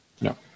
No